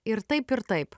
ir taip ir taip